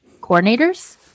coordinators